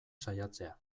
saiatzea